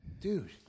Dude